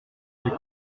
elle